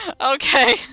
Okay